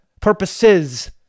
Purposes